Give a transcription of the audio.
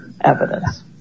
evidence